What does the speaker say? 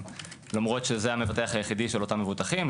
למרות שזה המבטח היחיד של אותם מבוטחים.